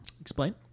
Explain